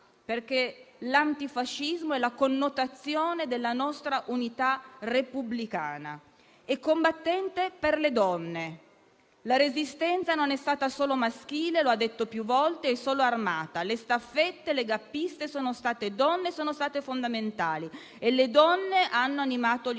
perché l'antifascismo è la connotazione della nostra unità repubblicana. Combattente per le donne. La Resistenza non è stata solo maschile - lo ha detto più volte - e non è stata solo armata: le staffette, le gappiste sono state donne e sono state fondamentali e le donne hanno animato gli scioperi